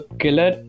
killer